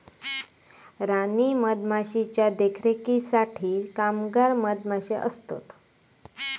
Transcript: राणी मधमाशीच्या देखरेखीसाठी कामगार मधमाशे असतत